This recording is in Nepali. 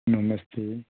नमस्ते